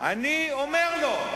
אומר לו,